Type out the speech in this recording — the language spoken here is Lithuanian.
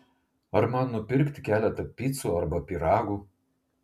ar man nupirkti keletą picų arba pyragų